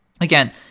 again